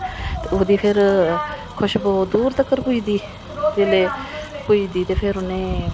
ते ओह् ते फिर खुश्बू दूर तक्क पुजदी जेल्लै पुज्जदी ते फिर उनें